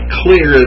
clear